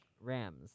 Rams